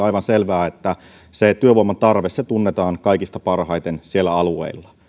aivan selvää että työvoiman tarve tunnetaan kaikista parhaiten siellä alueilla